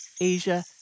Asia